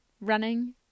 running